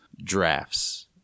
drafts